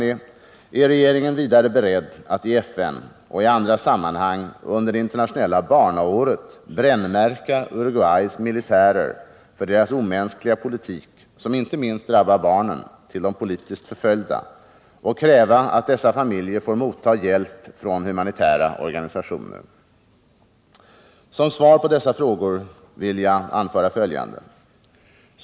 Ärregeringen vidare beredd att i FN och i andra sammanhang under det internationella barnåret brännmärka Uruguays militärer för deras omänskliga politik, som inte minst drabbar barnen till de politiskt förföljda, och kräva att dessa familjer får motta hjälp från humanitära organisationer? Som svar på dessa frågor vill jag anföra följande.